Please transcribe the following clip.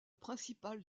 principale